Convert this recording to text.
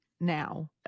now